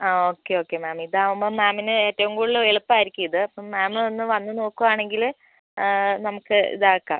ആ okay okay ma'am ഇതാവുമ്പം മാമിന് ഏറ്റവും കൂടുതൽ എളുപ്പമായിരിക്കും ഇത് അപ്പം മാം ഒന്ന് വന്ന് നോക്കുവാണെങ്കിൽ നമുക്ക് ഇതാക്കാം